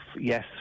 yes